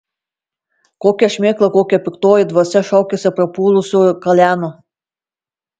kokia šmėkla kokia piktoji dvasia šaukiasi prapuolusiojo kaleno